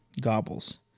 gobbles